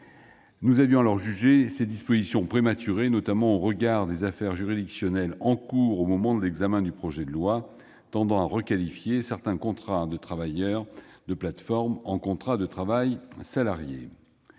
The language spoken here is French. nous avions alors jugé ces dispositions prématurées, notamment au regard des affaires juridictionnelles en cours au moment de l'examen du projet de loi, tendant à requalifier certains contrats de travailleurs de plateformes en contrats de travail salarié.